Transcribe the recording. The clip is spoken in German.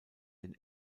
den